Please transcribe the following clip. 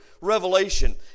Revelation